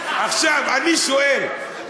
עכשיו אני שואל,